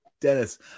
Dennis